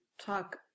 talk